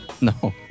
No